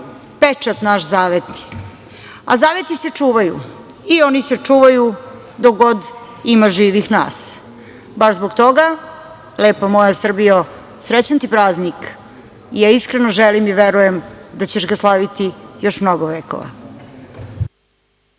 pečat naš zaveti, a zaveti se čuvaju, i oni se čuvaju do god ima živih nas. Baš zbog toga, lepa moja Srbijo, srećan ti praznik! Iskreno želim i verujem da ćeš ga slaviti još mnogo